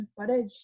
footage